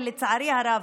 ולצערי הרב